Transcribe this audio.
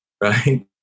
right